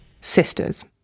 Sisters